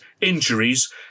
injuries